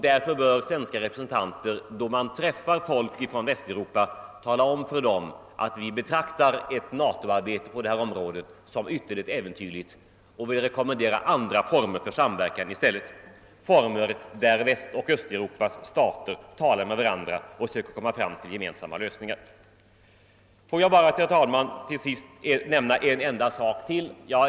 Därför bör svenska representanter då de träffar människor från andra västeuropeiska länder tala om, att vi betraktar ett Nato-arbete på detta område som ytterligt äventyrligt och att vi i stället vill rekommendera andra former för samverkan, former där Västoch Östeuropas stater talar med varandra och försöker komma fram till gemensamma lösningar. Herr talman! Får jag till sist nämna ytterligare en enda sak.